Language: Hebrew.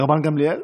רבן גמליאל?